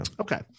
Okay